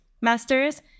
masters